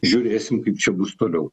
žiūrėsim kaip čia bus toliau